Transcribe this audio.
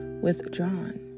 withdrawn